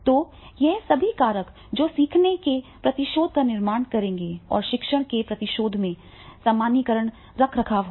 तो ये सभी कारक जो सीखने के प्रतिशोध का निर्माण करेंगे और शिक्षण के प्रतिशोध में सामान्यीकरण रखरखाव होगा